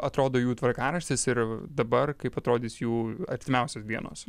atrodo jų tvarkaraštis ir dabar kaip atrodys jų artimiausios dienos